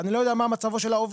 אני לא יודע מה מצבו של העובד.